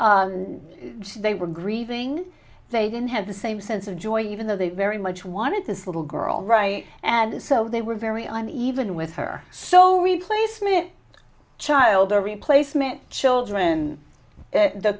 they were grieving they didn't have the same sense of joy even though they very much wanted this little girl right and so they were very i'm even with her so replace me child or replacement children the